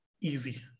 easy